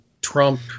Trump